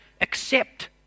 accept